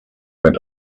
went